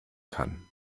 kann